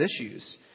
issues